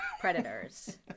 predators